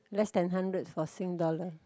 less than hundred for sing dollar